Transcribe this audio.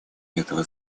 этого